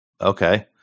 okay